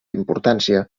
importància